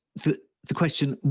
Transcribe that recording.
the the question,